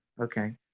okay